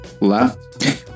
left